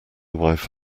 wife